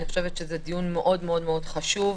הוא מאוד חשוב.